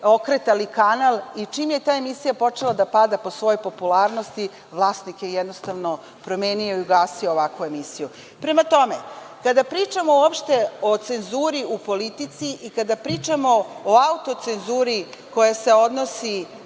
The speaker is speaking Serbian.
okretali kanal i čim je ta emisija počela da pada po svojoj popularnosti vlasnik je jednostavno promenio i ugasio ovakvu emisiju. Prema tome, kada pričamo uopšte o cenzuri u politici i kada pričamo o autocenzuri koja se odnosi